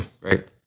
Right